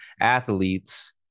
athletes